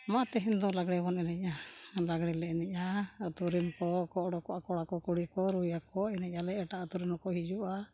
ᱢᱟ ᱛᱮᱦᱮᱧ ᱫᱚ ᱞᱟᱜᱽᱬᱮ ᱵᱚᱱ ᱮᱱᱮᱡᱼᱟ ᱞᱟᱜᱽᱬᱮ ᱞᱮ ᱮᱱᱮᱡᱼᱟ ᱟᱛᱳᱨᱮᱱ ᱠᱚ ᱚᱲᱟᱜ ᱠᱚ ᱟᱠᱚᱲᱟ ᱠᱚ ᱠᱩᱲᱤ ᱠᱚ ᱨᱩᱭᱟᱠᱚ ᱮᱱᱮᱡ ᱟᱞᱮ ᱮᱴᱟᱜ ᱟᱛᱳᱨᱮᱱ ᱦᱚᱸᱠᱚ ᱦᱤᱡᱩᱜᱼᱟ